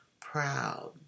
proud